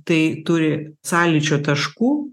tai turi sąlyčio taškų